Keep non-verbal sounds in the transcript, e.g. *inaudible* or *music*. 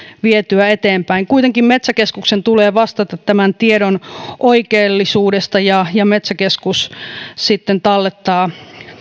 vietyä eteenpäin kuitenkin metsäkeskuksen tulee vastata tämän tiedon oikeellisuudesta ja ja metsäkeskus *unintelligible* *unintelligible* sitten tallettaa